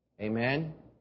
Amen